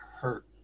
hurt